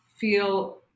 feel